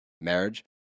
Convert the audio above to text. marriage